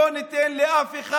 לא ניתן לאף אחד.